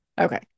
Okay